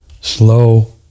slow